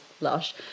lush